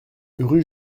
rue